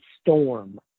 Storm